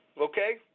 okay